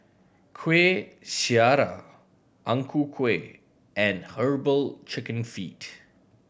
Kueh Syara Ang Ku Kueh and Herbal Chicken Feet